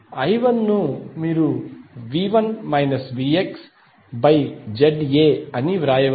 I1 ను మీరు V1 VxZA వ్రాయవచ్చు